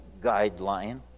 guideline